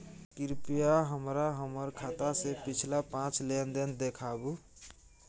कृपया हमरा हमर खाता से पिछला पांच लेन देन देखाबु